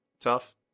tough